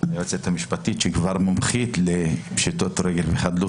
ליועצת המשפטית שהיא כבר מומחית לפשיטות רגל וחדלות